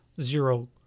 zero